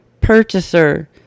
purchaser